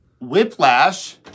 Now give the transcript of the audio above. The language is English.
Whiplash